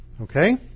Okay